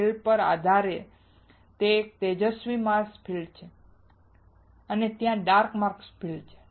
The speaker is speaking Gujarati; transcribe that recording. ફીલ્ડના આધારે ત્યાં એક તેજસ્વી ફીલ્ડ માસ્ક છે અને ત્યાં ડાર્ક ફીલ્ડ માસ્ક છે